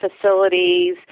facilities